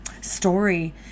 story